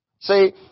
See